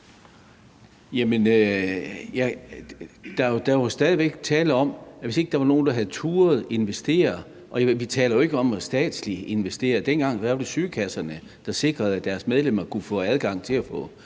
er jo stadig væk tale om, at hvis ikke der var nogen, der havde turdet lave den investering – og vi taler jo ikke om statslig investering, for dengang var det sygekasserne, der sikrede, at deres medlemmer kunne få adgang til at få